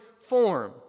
form